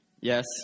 Yes